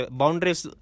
boundaries